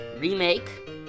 remake